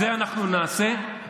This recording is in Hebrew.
ואת זה אנחנו נעשה.